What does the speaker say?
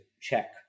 check